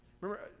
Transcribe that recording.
Remember